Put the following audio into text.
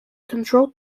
controlled